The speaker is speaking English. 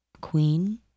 queen